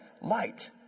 Light